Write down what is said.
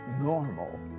normal